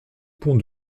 pont